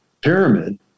pyramid